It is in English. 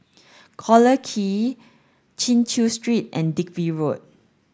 Collyer Chin Chew Street and Digby Road